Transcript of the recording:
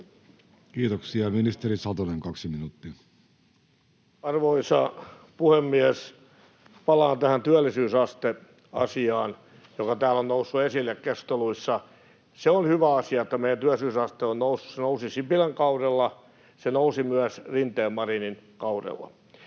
vuodelle 2024 Time: 16:44 Content: Arvoisa puhemies! Palaan tähän työllisyysasteasiaan, joka täällä on noussut esille keskusteluissa. Se on hyvä asia, että meidän työllisyysasteemme on noussut. Se nousi Sipilän kaudella, se nousi myös Rinteen—Marinin kaudella,